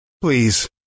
Please